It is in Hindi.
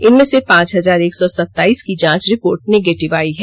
इनमें से पांच हजार एक सौ सताइस की जांच रिपोर्ट निगेटिव आई है